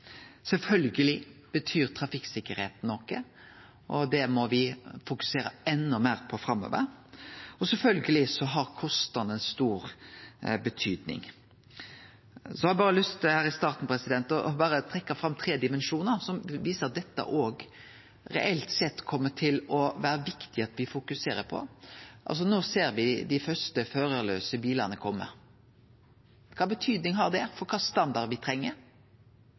betyr trafikksikkerheit noko, det må me fokusere enda meir på framover, og sjølvsagt har kostnadene stor betyding. Så har eg berre lyst til her i starten å trekkje fram tre dimensjonar som viser at dette òg reelt sett kjem til å vera viktig å fokusere på. Nå ser me altså at dei første førarlause bilane kjem. Kva betyding har det for kva standard me treng,